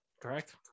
Correct